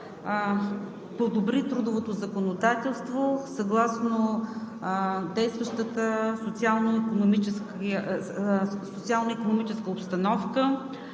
подобри трудовото законодателство съгласно действащата социално-икономическа обстановка,